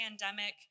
pandemic